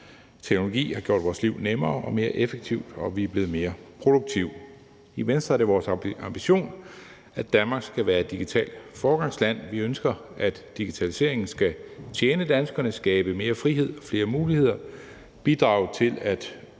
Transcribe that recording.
Teknologi har gjort vores liv nemmere og mere effektivt, og vi er blevet mere produktive. I Venstre er det vores ambition, at Danmark skal være et digitalt foregangsland. Vi ønsker, at digitaliseringen skal tjene danskerne, skabe mere frihed og flere muligheder, bidrage til at